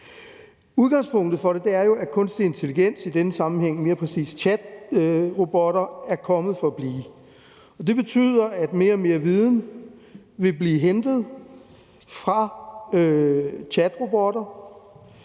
Udgangspunktet for det er jo, at kunstig intelligens, i denne sammenhæng mere præcist chatrobotter, er kommet for at blive. Det betyder, at mere og mere viden vil blive hentet fra chatrobotter.